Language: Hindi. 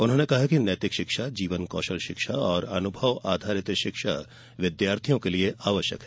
उन्होंने कहा कि नैतिक शिक्षा जीवन कौशल शिक्षा और अनुभव आधारित शिक्षा विद्यार्थियों के लिए आवश्यक है